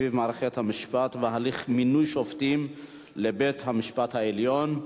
מערכת המשפט והליך מינוי השופטים לבית-המשפט העליון,